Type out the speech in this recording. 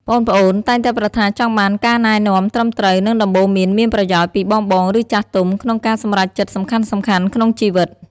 ប្អូនៗតែងតែប្រាថ្នាចង់បាន ការណែនាំត្រឹមត្រូវ និងដំបូន្មានមានប្រយោជន៍ ពីបងៗ ឬចាស់ទុំ ក្នុងការសម្រេចចិត្តសំខាន់ៗក្នុងជីវិត។